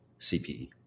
CPE